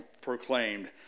proclaimed